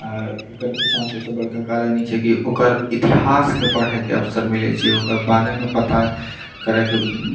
आ एकर पीछाँ सबसँ बड़का कारण ई छै कि ओकर इतिहासके पढ़ैके अवसर मिलैत छै ओकर बारेमे पता करएके